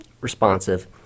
responsive